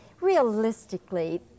Realistically